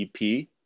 EP